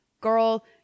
girl